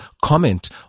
comment